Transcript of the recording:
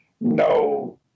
no